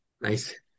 nice